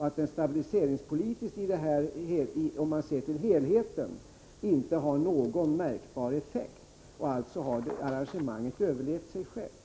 Och stabiliseringspolitiskt har den, om man ser till helheten, inte någon märkbar effekt. Alltså har arrangemanget överlevt sig självt.